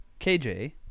KJ